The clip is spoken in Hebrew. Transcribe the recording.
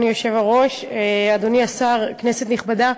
אדוני היושב-ראש, תודה, אדוני השר, כנסת נכבדה,